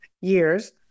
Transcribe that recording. years